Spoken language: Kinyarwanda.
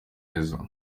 neza